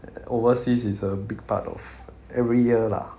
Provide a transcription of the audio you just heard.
overseas is a big part of every year lah